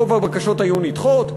רוב הבקשות היו נדחות,